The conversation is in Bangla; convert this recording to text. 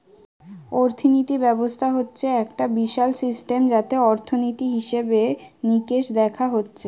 অর্থিনীতি ব্যবস্থা হচ্ছে একটা বিশাল সিস্টেম যাতে অর্থনীতি, হিসেবে নিকেশ দেখা হচ্ছে